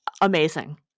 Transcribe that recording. Amazing